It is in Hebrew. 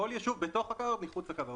בתוך הקו הירוק ומחוץ לקו הירוק.